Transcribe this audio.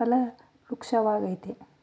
ಫಲವೃಕ್ಷ ವಾಗಯ್ತೆ